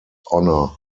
honour